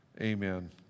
amen